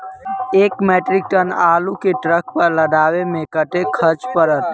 एक metric ton आलु केँ ट्रक पर लदाबै मे कतेक खर्च पड़त?